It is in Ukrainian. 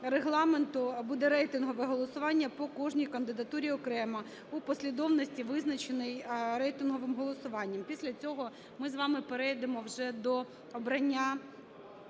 Регламенту буде рейтингове голосування по кожній кандидатурі окремо, у послідовності, визначеній рейтинговим голосуванням. Після цього ми з вами перейдемо вже до обрання